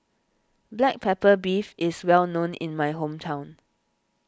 Black Pepper Beef is well known in my hometown